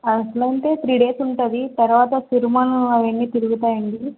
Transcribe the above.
అట్లంటే three days ఉంటుంది తర్వాత తిరుమా అవ్వని తిరుగుతాయండి